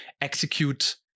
execute